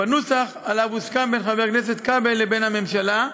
בנוסח שהוסכם בין חבר הכנסת כבל לבין הממשלה,